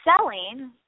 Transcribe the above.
selling